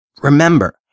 Remember